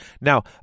Now